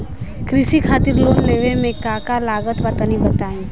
कृषि खातिर लोन लेवे मे का का लागत बा तनि बताईं?